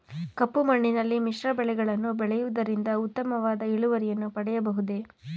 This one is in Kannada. ಕಪ್ಪು ಮಣ್ಣಿನಲ್ಲಿ ಮಿಶ್ರ ಬೆಳೆಗಳನ್ನು ಬೆಳೆಯುವುದರಿಂದ ಉತ್ತಮವಾದ ಇಳುವರಿಯನ್ನು ಪಡೆಯಬಹುದೇ?